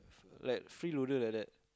like freeloader like that